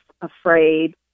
afraid